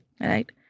right